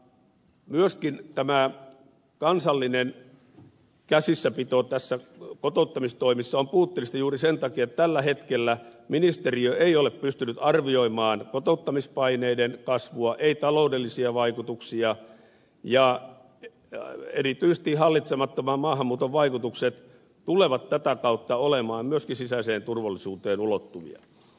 myöskin tämä kansallinen käsissäpito näissä kotouttamistoimissa on puutteellista juuri sen takia että tällä hetkellä ministeriö ei ole pystynyt arvioimaan kotouttamispaineiden kasvua ei taloudellisia vaikutuksia ja erityisesti hallitsemattoman maahanmuuton vaikutukset tulevat tätä kautta olemaan myöskin sisäiseen turvallisuuteen ulottuvia